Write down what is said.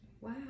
Wow